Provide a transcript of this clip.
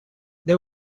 they